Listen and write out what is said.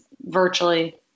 virtually